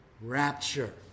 rapture